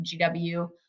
GW